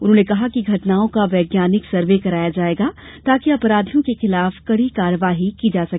उन्होंने कहा कि घटनाओं का वैज्ञानिक सर्वे कराया जायेगा ताकि अपराधियों के खिलाफ कड़ी कार्यवाही की जा सके